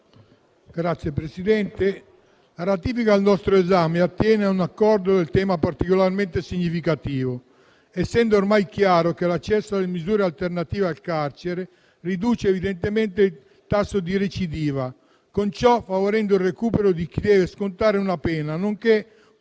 Signor Presidente, la ratifica al nostro esame attiene a un Accordo dal tema particolarmente significativo, essendo ormai chiaro che l'accesso alle misure alternative al carcere riduce evidentemente il tasso di recidiva, con ciò favorendo il recupero di chi deve scontare una pena, nonché una